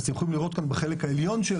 אז אתם יכולים לראות בחלק העליון של